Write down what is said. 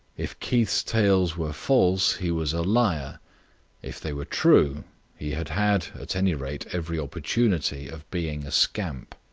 if keith's tales were false he was a liar if they were true he had had, at any rate, every opportunity of being a scamp.